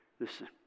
Listen